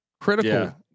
critical